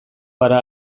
gara